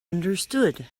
understood